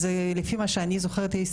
לפי מה שאני זוכרת איריס,